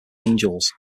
angels